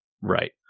Right